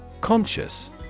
Conscious